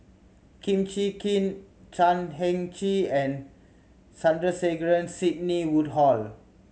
Kum Chee Kin Chan Heng Chee and Sandrasegaran Sidney Woodhull